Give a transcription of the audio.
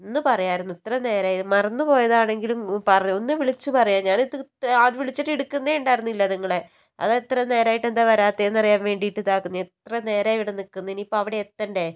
ഒന്ന് പറയാമായിരുന്നു ഇത്രയും നേരമായി മറന്നു പോയതാണെങ്കിലും പറ ഒന്ന് വിളിച്ചു പറയാം ഞാന് വിളിച്ചിട്ട് എടുക്കുന്നേ ഉണ്ടായിരുന്നില്ല നിങ്ങൾ അതാണ് ഇത്ര നേരമായിട്ടു എന്താ വരാത്തതെന്ന് അറിയാന് വേണ്ടിയിട്ട് ഇതാക്കുന്നു എത്ര നേരമായി ഇവിടെ നിൽക്കുന്നു ഇനിയിപ്പം അവിടെ എത്തണ്ടേ